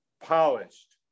polished